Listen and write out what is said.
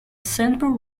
central